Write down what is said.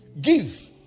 Give